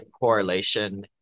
correlation